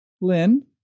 Lynn